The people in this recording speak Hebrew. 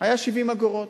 היה 70 אגורות.